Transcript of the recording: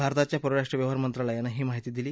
भारताच्या परराष्ट्र व्यवहार मंत्रालयानं ही माहिती दिली